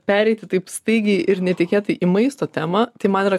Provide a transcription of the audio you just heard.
pereiti taip staigiai ir netikėtai į maisto temą tai man yra